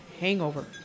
hangover